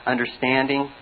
Understanding